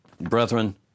Brethren